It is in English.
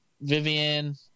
Vivian